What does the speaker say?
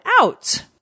out